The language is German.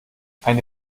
eine